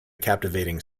captivating